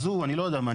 אז הוא אני לא יודע מה,